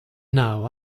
now